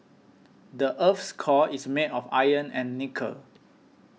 the earth's core is made of iron and nickel